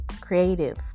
creative